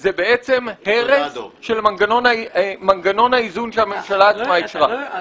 זה הרס של מנגנון האיזון שהממשלה אישרה בעצמה.